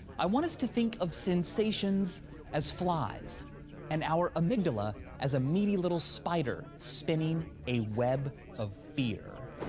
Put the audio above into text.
i want us to think of sensations as flies and our amygdala as a meaty little spider spinning a web of fear.